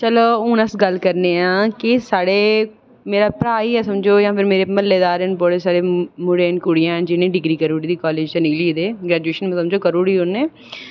चलो हून अस गल्ल करने आं की साढ़े मेरा भ्राऽ ई समझो जां मेरे म्हल्लेदार न बड़े मुड़े कुड़ियां जिनें डिग्री करी ओड़दी कॉलेज़ कशा लेई ते ग्रैजूएशन समझो करी ओड़ी उनें